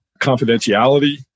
confidentiality